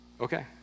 Okay